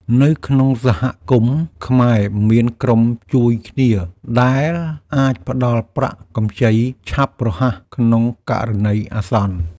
នៅក្នុងសហគមន៍ខ្មែរ មានក្រុមជួយគ្នាដែលអាចផ្តល់ប្រាក់កម្ចីឆាប់រហ័សក្នុងករណីអាសន្ន។